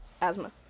asthma